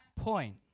point